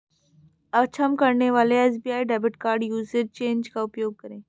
अक्षम करने वाले SBI debit card usage change का उपयोग करें